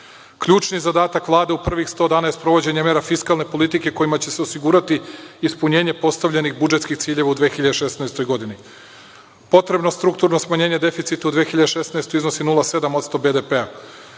zadatak Vlade u prvih 100 dana je sprovođenje mera fiskalne politike, kojima će se osigurati ispunjenje postavljenih budžetskih ciljeva u 2016. godini. Potrebno strukturno smanjenje deficita iznosi 0,7% BDP-a.